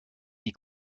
die